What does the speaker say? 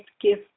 give